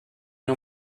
nur